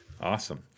Awesome